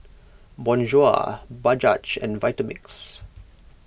Bonjour Bajaj and Vitamix